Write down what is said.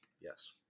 Yes